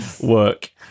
work